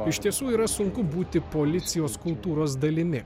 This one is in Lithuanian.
iš tiesų yra sunku būti policijos kultūros dalimi